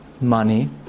money